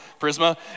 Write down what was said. Prisma